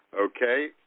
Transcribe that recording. Okay